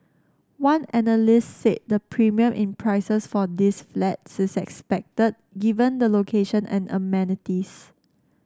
one analyst said the premium in prices for these flats is expected given the location and amenities